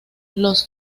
los